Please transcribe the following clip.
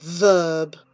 Verb